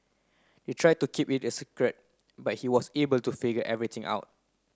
they tried to keep it a secret but he was able to figure everything out